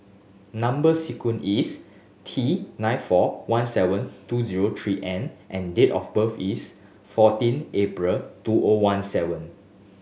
number sequence is T nine four one seven two zero three N and date of birth is fourteen April two O one seven